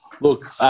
Look